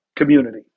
community